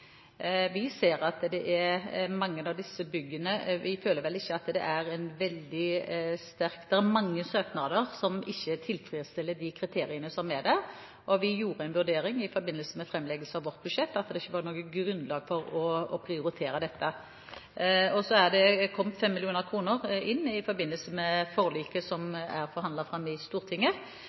år ser det vel ut til at vi kan komme til å bruke 7 mill. kr av dem. Det er mange søknader som ikke tilfredsstiller de kriteriene som gjelder. I forbindelse med framleggelse av vårt budsjett vurderte vi det slik at det ikke var noe grunnlag for å prioritere dette. Så er det kommet 5 mill. kr inn i forbindelse med forliket som er forhandlet fram i Stortinget.